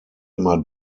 immer